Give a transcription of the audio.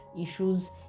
issues